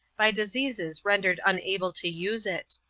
by diseases rendered unable to use it.